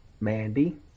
Mandy